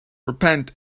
repent